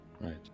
right